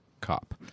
cop